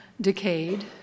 decayed